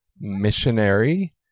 missionary